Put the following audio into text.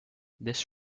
this